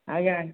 ଆଜ୍ଞା ଆଜ୍ଞା